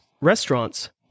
restaurants